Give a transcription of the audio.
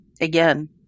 again